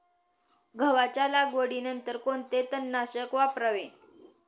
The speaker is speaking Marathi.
गव्हाच्या लागवडीनंतर कोणते तणनाशक वापरावे?